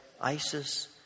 ISIS